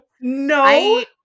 No